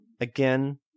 Again